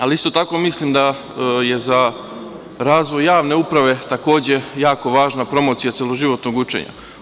Ali, isto tako mislim da je za razvoj javne uprave takođe jako važna promocija celoživotnog učenja.